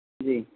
जी